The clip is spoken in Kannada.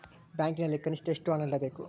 ಬ್ಯಾಂಕಿನಲ್ಲಿ ಕನಿಷ್ಟ ಎಷ್ಟು ಹಣ ಇಡಬೇಕು?